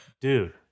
Dude